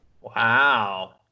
Wow